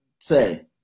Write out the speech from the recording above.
say